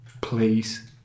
please